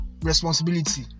responsibility